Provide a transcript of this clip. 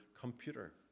computer